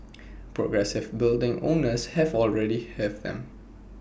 progressive building owners have already have them